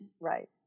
Right